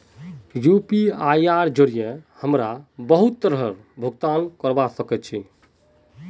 यूपीआईर जरिये हमरा बहुत तरहर भुगतान करवा सके छी